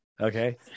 okay